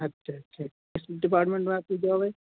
अच्छा अच्छा किस डिपार्टमेंट में आपकी जौब है